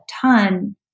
ton